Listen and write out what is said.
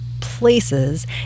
places